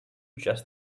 just